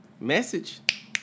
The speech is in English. Message